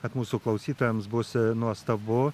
kad mūsų klausytojams bus nuostabu